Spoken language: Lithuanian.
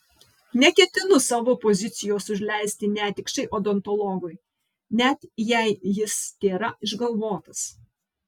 neketinu savo pozicijos užleisti netikšai odontologui net jei jis tėra išgalvotas